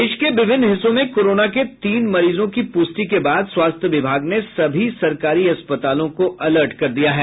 देश के विभिन्न हिस्सों में कोरोना के तीन मरीजों की प्रष्टि के बाद स्वास्थ्य विभाग ने सभी सरकारी अस्पतालों को अलर्ट कर दिया है